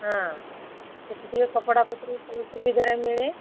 ହଁ ସେଠି ଟିକେ କପଡ଼ାପତ୍ର ସବୁ ସୁବିଧାରେ ମିଳେ